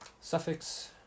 suffix